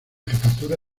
jefatura